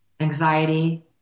anxiety